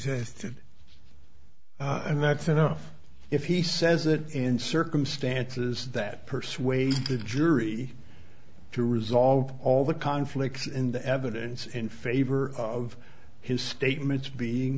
says did and that's enough if he says it in circumstances that persuades the jury to resolve all the conflicts in the evidence in favor of his statements being